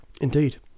Indeed